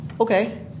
Okay